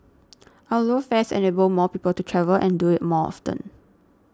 our low fares enable more people to travel and do it more often